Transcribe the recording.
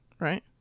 right